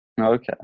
Okay